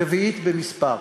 רביעית במספר.